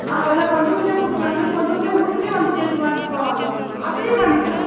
அதில் கொஞ்சம் கொஞ்சம் கொடுக்கலானாலும் கொஞ்சம் கொஞ்சம் வீட்டுக்கே வந்து கேட்டு வாங்கிட்டு போவாங்க அப்படியும் பண்ணிக்கலாம்